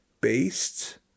based